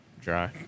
dry